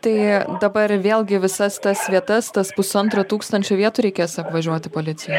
tai dabar vėlgi visas tas vietas tas pusantro tūkstančio vietų reikės apvažiuoti policijai